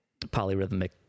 polyrhythmic